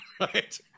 Right